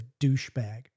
douchebag